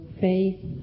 faith